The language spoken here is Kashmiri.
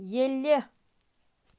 ییٚلہِ